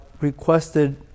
requested